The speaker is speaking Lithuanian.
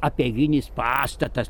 apeiginis pastatas